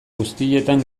guztietan